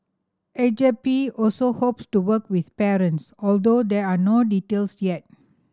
Agape also hopes to work with parents although there are no details yet